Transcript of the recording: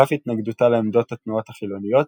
על אף התנגדותה לעמדות התנועות החילוניות,